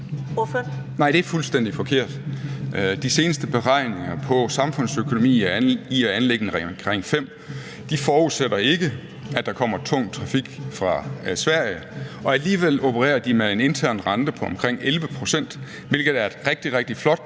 Nej, det er fuldstændig forkert. De seneste beregninger på samfundsøkonomien i at anlægge en Ring 5 forudsætter ikke, at der kommer tung trafik fra Sverige. Alligevel opererer de med en intern rente på omkring 11 pct., hvilket er et rigtig, rigtig flot